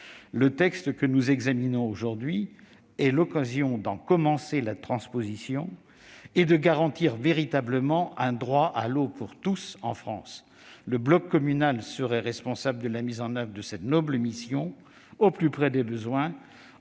Le texte que nous examinons aujourd'hui est l'occasion d'en commencer la transposition et de garantir véritablement un droit à l'eau pour tous en France. Le bloc communal serait responsable de la mise en oeuvre de cette noble mission, au plus près des besoins,